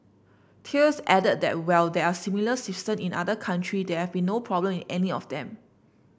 Thales added that while there are similar system in other country there have been no problem in any of them